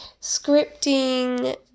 scripting